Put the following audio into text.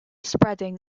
spreading